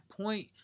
point